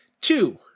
Two